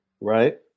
right